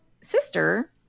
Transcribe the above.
sister